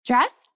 Dress